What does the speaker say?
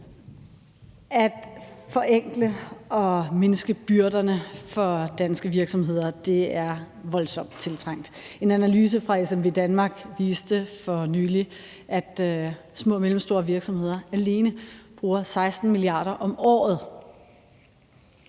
At forenkle og mindske byrderne for danske virksomheder er voldsomt tiltrængt. En analyse fra SMVdanmark viste for nylig, at alene små og mellemstore virksomheder alene bruger 16 mia. kr. om året